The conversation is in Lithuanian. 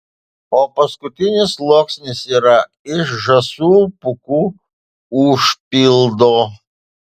o paskutinis sluoksnis yra iš žąsų pūkų užpildo